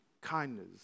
kindness